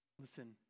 Listen